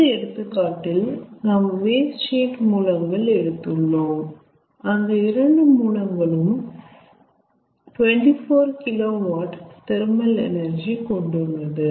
இந்த எடுத்துக்காட்டில் நாம் 2 வேஸ்ட் ஹீட் மூலங்கள் எடுத்துள்ளோம் அந்த இரண்டு மூலங்களும் 24KW தெர்மல் எனர்ஜி கொண்டுள்ளது